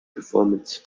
performance